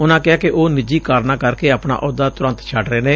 ਉਨੁਾਂ ਕਿਹੈ ਕਿ ਉਹ ਨਿਜੀ ਕਾਰਨਾਂ ਕਰਕੇ ਆਪਣਾ ਅਹਦਾ ਤਰੰਤ ਛੱਡ ਰਹੇ ਨੇ